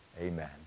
amen